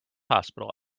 hospital